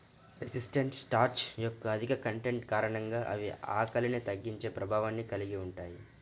resistant starch యొక్క అధిక content కారణంగా అవి ఆకలిని తగ్గించే ప్రభావాన్ని కలిగి ఉంటాయి